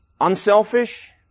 unselfish